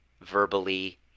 verbally